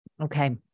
Okay